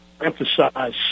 emphasize